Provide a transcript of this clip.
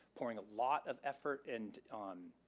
pouring a lot of effort and